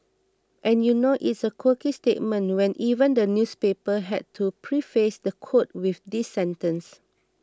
and you know it's a quirky statement when even the newspaper had to preface the quote with this sentence